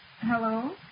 Hello